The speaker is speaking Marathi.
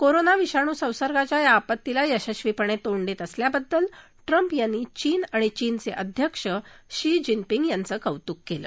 कोरोना विषाणू संसर्गाच्या या आपत्तीला यशस्वीपणे तोंड देत असल्याबद्दल ट्रम्प यांनी चीन आणि चीनचे अध्यक्ष शी जिनपिंग यांचे कौतुक केलं